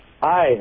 Hi